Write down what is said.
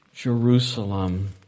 Jerusalem